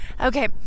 Okay